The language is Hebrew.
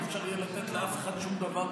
לא יהיה אפשר לתת לאף אחד שום דבר.